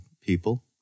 people